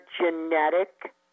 genetic